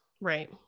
Right